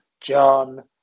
John